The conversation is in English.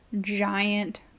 giant